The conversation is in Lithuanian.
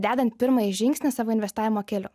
dedant pirmąjį žingsnį savo investavimo keliu